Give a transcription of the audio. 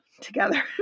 Together